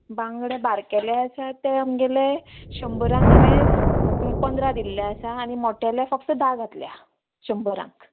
बांगडे बारकेले आसा ते आमगेले शंबरांक हांवें पंदरा दिल्ले आसा आनी मोटेले फक्त धा घातल्या शंबरांक